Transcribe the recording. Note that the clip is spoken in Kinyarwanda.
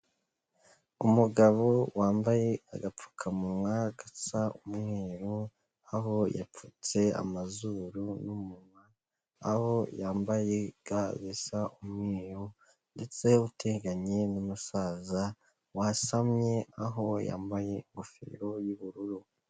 Umugabo wambaye agapfukamunwa gasa umweru aho yapfutse amazuru n’umunwa aho yambaye ga zisa umweru ndetse uteganye n’umusaza wasamye aho yambaye ingofero y’ubururu.